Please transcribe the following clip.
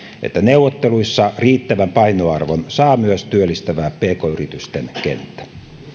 että neuvotteluissa riittävän painoarvon saa myös työllistävä pk yritysten kenttä